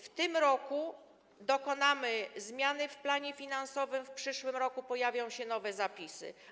W tym roku dokonamy zmiany w planie finansowym, w przyszłym roku pojawią się nowe zapisy.